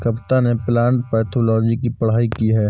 कविता ने plant pathology की पढ़ाई की है